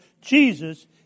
Jesus